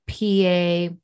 PA